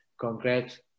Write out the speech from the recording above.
congrats